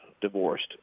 divorced